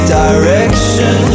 direction